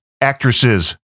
actresses